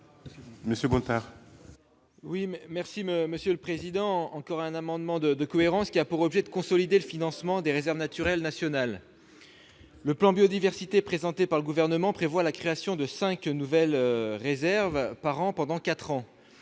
parole est à M. Guillaume Gontard. Il s'agit encore d'un amendement de cohérence, qui a pour objet de consolider le financement des réserves naturelles nationales. Le plan Biodiversité présenté par le Gouvernement prévoit la création de cinq nouvelles réserves par an pendant quatre ans.